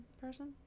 person